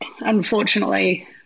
unfortunately